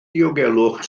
diogelwch